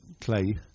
clay